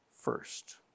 first